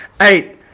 Eight